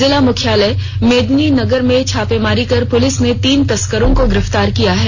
जिला मुख्यालय मेदिनीनगर में छापेमारी कर पुलिस ने तीन तस्करों को गिरफ्तार किया है